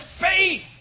faith